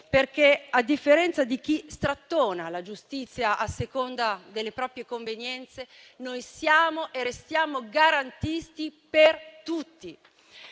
perché, a differenza di chi strattona la giustizia a seconda delle proprie convenienze, siamo e restiamo garantisti per tutti.